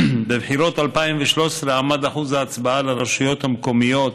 בבחירות 2013 עמד שיעור ההצבעה לרשויות המקומיות